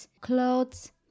clothes